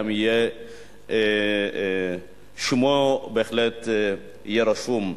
וגם שמו יהיה רשום,